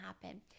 happen